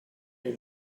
you